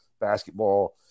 basketball